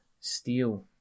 steel